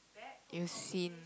you've seen